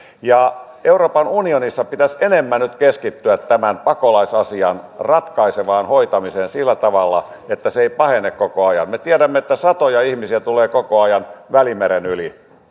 euroopan unionissa pitäisi enemmän nyt keskittyä tämän pakolaisasian ratkaisevaan hoitamiseen sillä tavalla että se ei pahene koko ajan me tiedämme että satoja ihmisiä tulee koko ajan välimeren yli